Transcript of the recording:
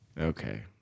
okay